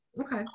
Okay